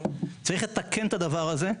צריך לתקן את הדבר הזה,